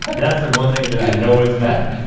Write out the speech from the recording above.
that's the one thing that i know it's not.